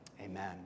amen